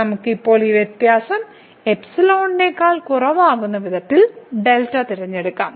നമുക്ക് ഇപ്പോൾ ഈ വ്യത്യാസം എന്നതിനേക്കാൾ കുറവാകുന്ന വിധത്തിൽ δ തിരഞ്ഞെടുക്കാം